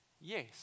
yes